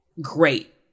great